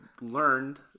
learned